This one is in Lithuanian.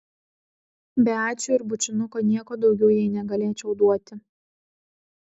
be ačiū ir bučinuko nieko daugiau jai negalėčiau duoti